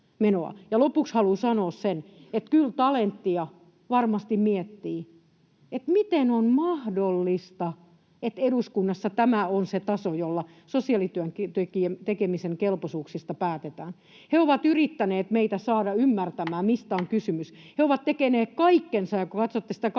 Lopuksi haluan sanoa sen, että kyllä Talentia varmasti miettii, miten on mahdollista, että eduskunnassa tämä on se taso, jolla sosiaalityön tekemisen kelpoisuuksista päätetään. He ovat yrittäneet meitä saada ymmärtämään, mistä on kysymys. He ovat tehneet kaikkensa, ja kun katsotte sitä kampanjaa